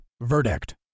Verdict